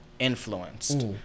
Influenced